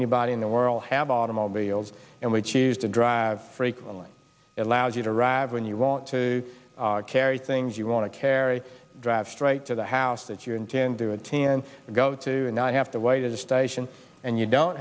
anybody in the world have automobiles and we choose to drive freight only allows you to ride when you want to carry things you want to carry drive straight to the house that you intend to attend go to and i have to wait at the station and you don't